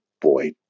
boy